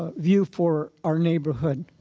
ah view for our neighborhood.